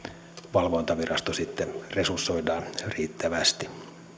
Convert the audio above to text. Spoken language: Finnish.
valvontavirasto resursoidaan riittävästi